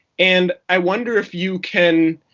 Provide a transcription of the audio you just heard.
and i wonder if you can